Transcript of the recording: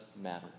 matter